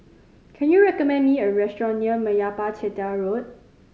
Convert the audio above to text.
can you recommend me a restaurant near Meyappa Chettiar Road